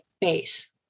base